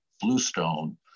bluestone